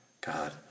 God